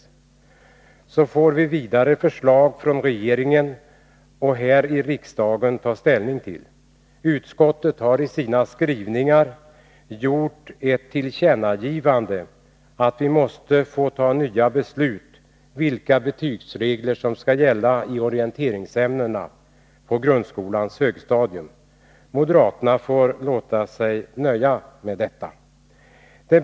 Därefter får vi ytterligare förslag från regeringen att ta ställning till här i riksdagen. Utskottet har i sina skrivningar uttalat att riksdagen bör föreläggas nya förslag om vilka betygsregler som skall gälla för orienteringsämnena på grundskolans högstadium. Moderaterna får låta sig nöja med detta.